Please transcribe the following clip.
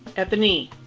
at the knee